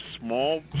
small